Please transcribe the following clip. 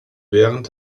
während